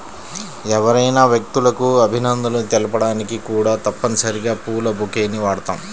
ఎవరైనా వ్యక్తులకు అభినందనలు తెలపడానికి కూడా తప్పనిసరిగా పూల బొకేని వాడుతాం